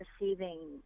receiving